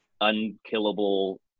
unkillable